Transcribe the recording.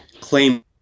claim